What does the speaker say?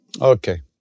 Okay